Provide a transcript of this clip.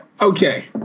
okay